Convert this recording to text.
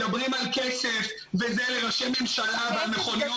מדברים על כסף לראשי ממשלה ועל מכוניות.